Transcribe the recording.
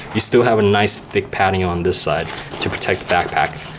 you still have a nice thick padding on this side to protect the backpack